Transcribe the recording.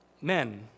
Men